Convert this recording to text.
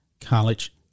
college